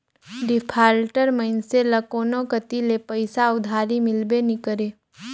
defaulter मइनसे ल कोनो कती ले पइसा उधारी मिलबे नी करे